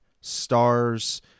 Stars